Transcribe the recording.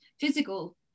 physical